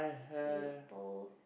kaypoh